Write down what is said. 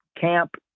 camp